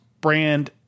brand